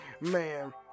Man